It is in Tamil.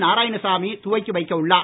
நாராயணசாமி துவக்கி வைக்க உள்ளார்